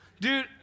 Dude